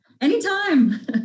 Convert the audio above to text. Anytime